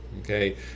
okay